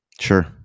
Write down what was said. Sure